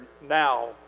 now